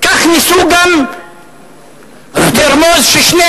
כך ניסו גם לרמוז ששני